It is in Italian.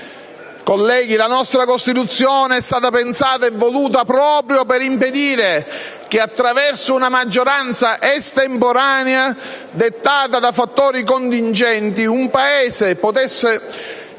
Colleghi, la nostra Costituzione è stata pensata e voluta proprio per impedire che, attraverso una maggioranza estemporanea, dettata da fattori contingenti, una parte potesse